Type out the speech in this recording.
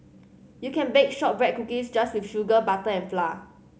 you can bake shortbread cookies just with sugar butter and flour